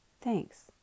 Thanks